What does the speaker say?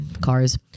cars